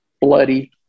bloody